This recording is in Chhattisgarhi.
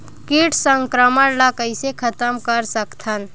कीट संक्रमण ला कइसे खतम कर सकथन?